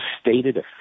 stated